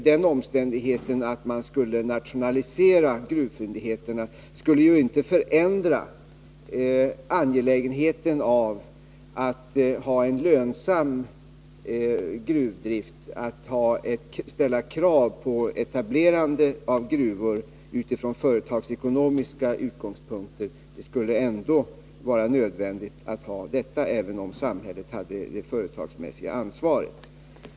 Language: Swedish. Den omständigheten att gruvfyndigheterna skulle nationaliseras skulle inte förändra angelägenheten av att ha en lönsam gruvdrift eller att ställa krav på att gruvor etableras utifrån företagsekonomiska utgångspunkter. Även om samhället hade ett företagsmässigt ansvar, skulle detta vara nödvändigt.